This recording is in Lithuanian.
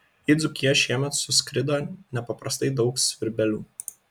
į dzūkiją šiemet suskrido nepaprastai daug svirbelių